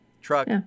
truck